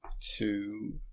two